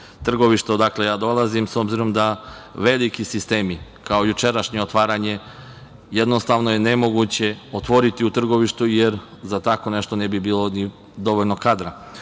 odakle ja dolazim, s obzirom da veliki sistemi kao jučerašnje otvaranje jednostavno je nemoguće otvoriti u Trgovištu, jer za tako nešto ne bi bilo ni dovoljno kadra.